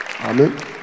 Amen